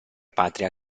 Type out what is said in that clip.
patria